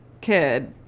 kid